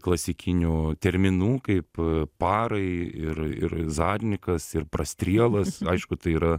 klasikinių terminų kaip parai ir ir zadnikas ir prastrielas aišku tai yra